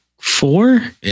four